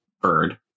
bird